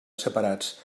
separats